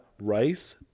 rice